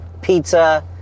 pizza